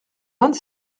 vingt